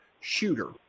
shooter